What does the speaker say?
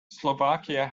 slovakia